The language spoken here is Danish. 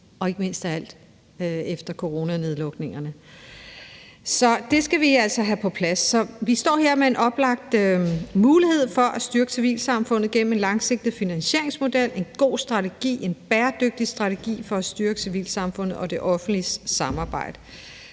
ikke mindst efter coronanedlukningerne. Det skal vi altså have på plads. Vi står her med en oplagt mulighed for at styrke civilsamfundet gennem en langsigtet finansieringsmodel og en god og bæredygtig strategi for at styrke samarbejdet mellem civilsamfundet og det offentlige. Så jeg